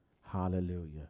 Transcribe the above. Hallelujah